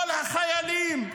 כל החיילים,